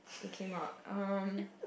it came out um